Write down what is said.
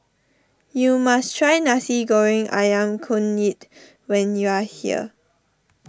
you must try Nasi Goreng Ayam Kunyit when you are here